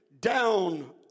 down